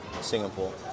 Singapore